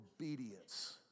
obedience